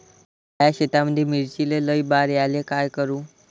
माया शेतामंदी मिर्चीले लई बार यायले का करू?